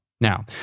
Now